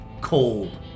cold